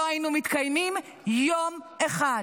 לא היינו מתקיימים יום אחד.